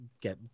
Get